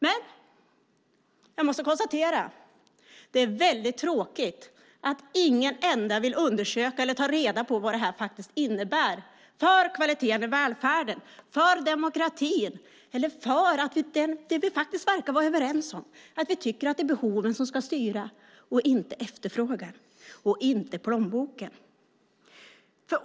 Det är tråkigt att ingen vill undersöka eller ta reda på vad detta innebär för kvaliteten i välfärden, för demokratin eller för det vi verkar vara överens om, nämligen att behoven ska styra och inte efterfrågan och plånboken.